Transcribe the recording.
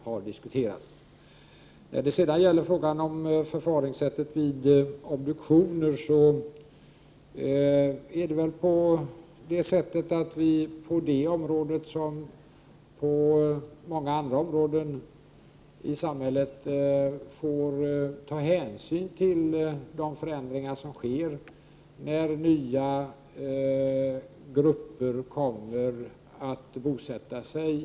När det sedan gäller förfaringssättet vid obduktioner får vi på detta område, liksom på många andra områden i samhället, ta hänsyn till de förändringar som sker i och med att nya grupper kommer till Sverige och bosätter sig här.